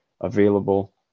available